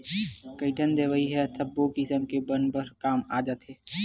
कइठन दवई ह सब्बो किसम के बन बर काम आ जाथे